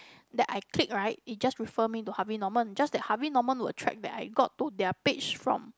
that I click right it just refer me to Harvey Norman just that Harvey Norman would track that I got to their page from